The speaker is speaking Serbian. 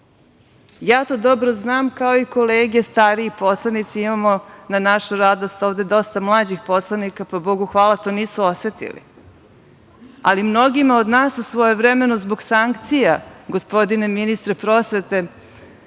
Ja to dobro znam, kao i kolege, stariji poslanici, imamo na našu radost dosta mlađih poslanika, pa Bogu hvala to nisu osetili, ali mnogima od nas su svojevremeno zbog sankcija, gospodine ministre prosvete,